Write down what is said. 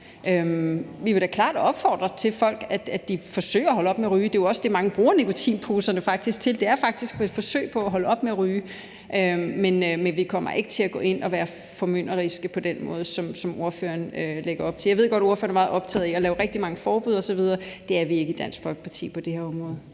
Vi vil da klart opfordre folk til, at de forsøger at holde op med at ryge. Det er jo også det, mange bruger nikotinposerne til; det er jo faktisk et forsøg på at holde op med at ryge. Men vi kommer ikke til at gå ind og være formynderiske på den måde, som ordføreren lægger op til. Jeg ved godt, at ordføreren er meget optaget af at lave rigtig mange forbud osv.; det er vi ikke i Dansk Folkeparti på det her område.